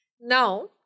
Now